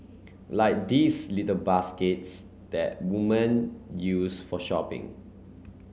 like these little baskets that women used for shopping